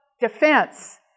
Defense